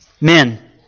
Men